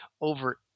over